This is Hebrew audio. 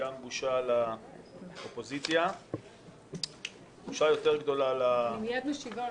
גם בושה לאופוזיציה -- אני מיד משיבה.